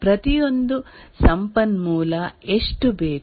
ಪ್ರತಿಯೊಂದು ಸಂಪನ್ಮೂಲ ಎಷ್ಟು ಬೇಕು